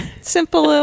simple